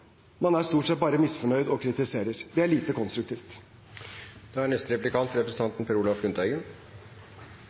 Man er stort sett bare misfornøyd og kritiserer. Det er lite konstruktivt. Høyre er den fremste representanten